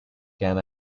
can